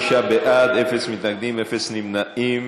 35 בעד, אין מתנגדים, אין נמנעים.